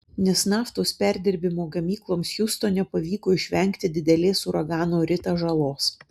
nes naftos perdirbimo gamykloms hiūstone pavyko išvengti didelės uragano rita žalos